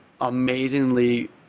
Amazingly